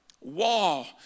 wall